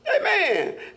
Amen